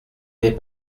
n’est